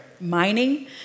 mining